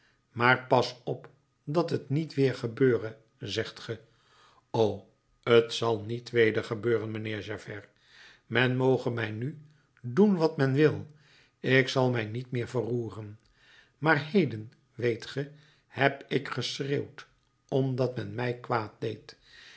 maar pas op dat t niet weêr gebeure zegt ge o t zal niet weder gebeuren mijnheer javert men moge mij nu doen wat men wil ik zal mij niet meer verroeren maar heden weet ge heb ik geschreeuwd omdat men mij kwaad deed